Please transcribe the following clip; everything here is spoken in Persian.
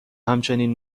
همچنین